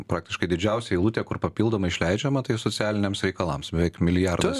praktiškai didžiausia eilutė kur papildomai išleidžiama tai socialiniams reikalams beveik milijardas